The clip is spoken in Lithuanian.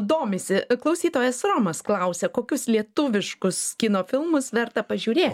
domisi klausytojas romas klausia kokius lietuviškus kino filmus verta pažiūrėt